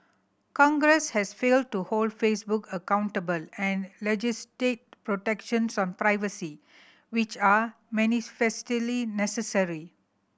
congress has failed to hold Facebook accountable and legislate protections on privacy which are manifestly necessary